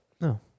No